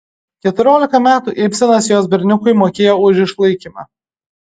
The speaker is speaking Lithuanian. keturiolika metų ibsenas jos berniukui mokėjo už išlaikymą